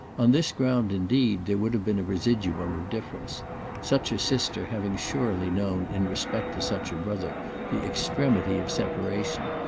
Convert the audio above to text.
on this ground indeed there would have been a residuum of difference such a sister having surely known in respect to such a brother the extremity of separation,